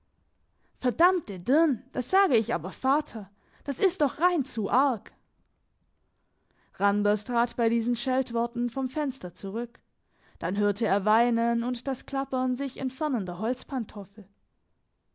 verdammte deern das sag ich aber vater das is doch rein zu arg randers trat bei diesen scheltworten vom fenster zurück dann hörte er weinen und das klappern sich entfernender